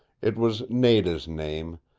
it was nada's name,